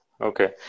Okay